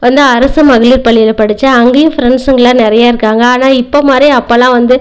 வந்து அரசு மகளிர் பள்ளியில் படிச்சேன் அங்கேயும் ஃப்ரெண்ட்ஸுங்களாக நிறையா இருக்காங்கள் ஆனால் இப்போது மாதிரி அப்போலாம் வந்து